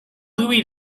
louie